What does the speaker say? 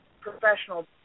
professional